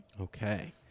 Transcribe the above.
Okay